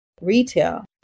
retail